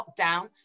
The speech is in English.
lockdown